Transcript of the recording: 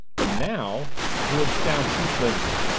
but now it would sound too flimsy!